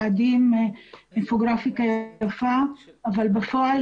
יעדים וגרפיקה יפה אבל בפועל,